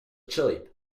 cheap